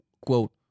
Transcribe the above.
quote